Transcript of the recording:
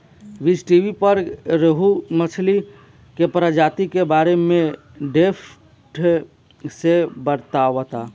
बीज़टीवी पर रोहु मछली के प्रजाति के बारे में डेप्थ से बतावता